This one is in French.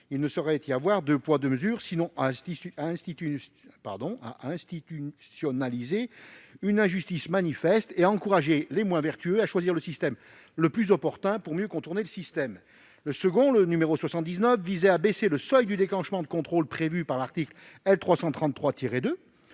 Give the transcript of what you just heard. Il ne saurait y avoir deux poids, deux mesures, sinon à institutionnaliser une injustice manifeste et à encourager les moins vertueux à choisir le mécanisme le plus opportun pour mieux contourner le système. Le second, l'amendement n° 79, visait à abaisser le seuil de déclenchement du contrôle tel que l'article 1